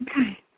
Okay